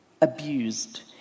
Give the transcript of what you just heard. abused